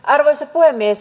arvoisa puhemies